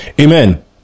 amen